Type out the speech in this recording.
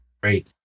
Great